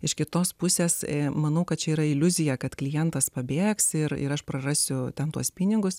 iš kitos pusės manau kad čia yra iliuzija kad klientas pabėgs ir ir aš prarasiu ten tuos pinigus